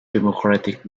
democratic